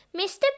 Mr